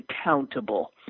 accountable